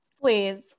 Please